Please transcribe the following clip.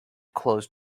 closed